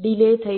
delay થઈ શકે છે